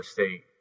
State